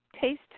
taste